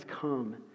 come